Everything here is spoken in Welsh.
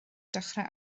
dechrau